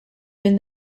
been